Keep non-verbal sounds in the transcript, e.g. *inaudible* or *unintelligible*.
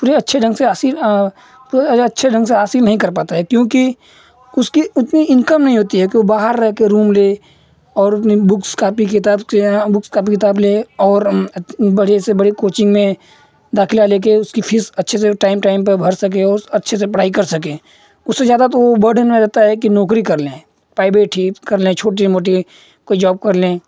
पूरे अच्छे ढंग से आसिर पूरे *unintelligible* अच्छे ढंग से आसील नहीं कर पाता है क्योंकि उसकी उतनी इनकम नहीं होती है कि वो बाहर रह कर रूम ले और अपनी बुक्स कॉपी किताब बुक्स कॉपी किताब ले और बड़े से बड़े कोचिंग में दाखिला ले कर उसकी फ़ीस अच्छे से ओ टाइम टाइम पर भर सके और अच्छे से पढ़ाई कर सकें उससे ज़्यादा तो वो बर्डेन में रहता है कि नौकरी कर लें पाइवेट ही कर लें छोटी मोटी कोई जॉब कर लें